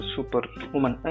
Superwoman